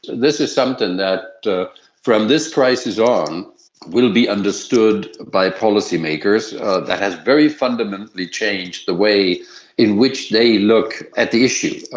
this is something that from this crisis on will be understood by policymakers ah that has very fundamentally changed the way in which they look at the issue,